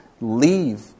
leave